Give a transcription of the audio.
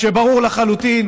כשברור לחלוטין